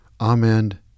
Amen